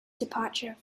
departure